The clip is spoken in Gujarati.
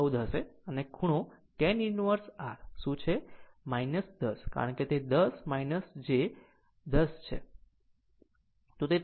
14 હશે અને ખૂણો tan inverse r r શું છે 10 કારણ કે તે 10 j 10 છે